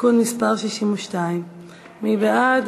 (תיקון מס' 62). מי בעד?